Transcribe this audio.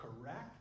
correct